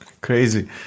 crazy